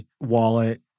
Wallet